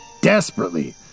desperately